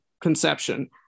conception